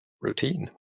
Routine